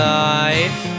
life